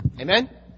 Amen